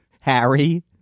Harry